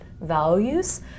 values